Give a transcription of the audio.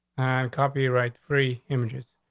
copy, right? free images.